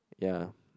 ya